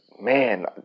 Man